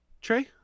Trey